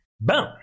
Boom